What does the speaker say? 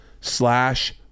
slash